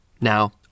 Now